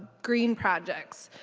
green projects.